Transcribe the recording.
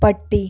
പട്ടി